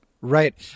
Right